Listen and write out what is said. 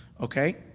Okay